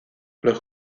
los